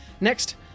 Next